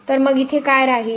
तर मग इथे काय राहील